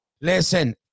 Listen